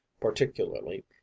particularly